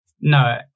no